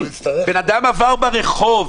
בן אדם עבר ברחוב